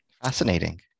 Fascinating